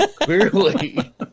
clearly